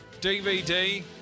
DVD